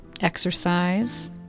exercise